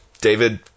David